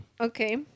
okay